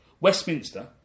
Westminster